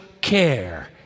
care